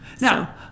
now